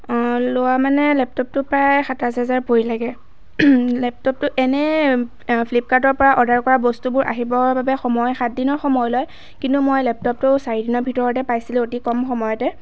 লোৱা মানে লেপটপটো প্ৰায় সাতাইছ হাজাৰ পৰিলেগৈ লেপটপটো এনেই ফ্লিপক্লাৰ্টৰ পৰা অৰ্ডাৰ কৰা বস্তুবোৰ আহিবৰ বাবে সময় সাত দিনৰ সময় লয় কিন্তু মই লেপটপটো চাৰিদিনৰ ভিতৰতে পাইছিলোঁ অতি কম সময়তে